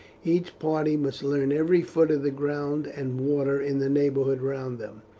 each party must learn every foot of the ground and water in the neighbourhood round them.